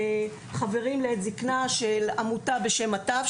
"חברים לעת זקנה" של עמותה בשם "מטב",